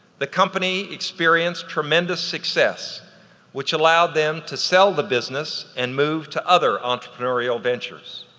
the company experienced tremendous success which allowed them to sell the business and move to other entrepreneurial ventures.